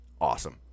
Awesome